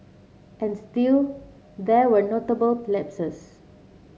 and still there were notable lapses